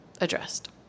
addressed